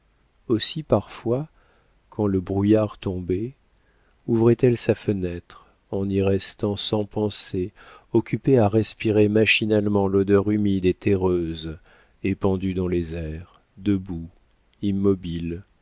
aussi parfois quand le brouillard tombait ouvrait elle sa fenêtre en y restant sans pensée occupée à respirer machinalement l'odeur humide et terreuse épandue dans les airs debout immobile